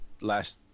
Last